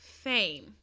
fame